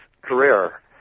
career